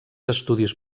estudis